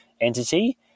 entity